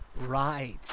Right